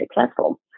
successful